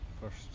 First